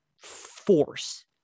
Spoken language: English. force